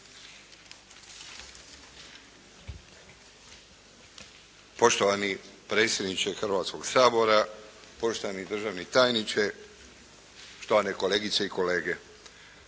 Poštovani predsjedniče Hrvatskog sabora, poštovani državni tajniče, štovane kolegice i kolege.